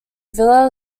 villa